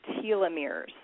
telomeres